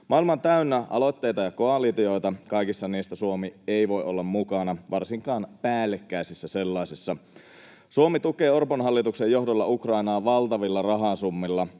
Maailma on täynnä aloitteita ja koalitioita, ja kaikissa niissä Suomi ei voi olla mukana, varsinkaan päällekkäisissä sellaisissa. Suomi tukee Orpon hallituksen johdolla Ukrainaa valtavilla rahasummilla.